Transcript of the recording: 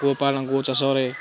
ଗୋପାଳନ ଗୋଚାଷରେ